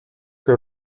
que